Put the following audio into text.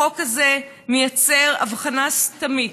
החוק הזה מייצר הבחנה סתמית,